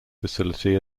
facility